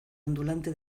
ondulante